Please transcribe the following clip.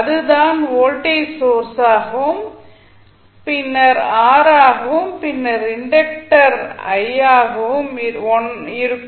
அது தான் வோல்டேஜ் சோர்ஸாகவும் பின்னர் r ஆகவும் பின்னர் இன்டக்டர் l ஆகவும் இருக்கும்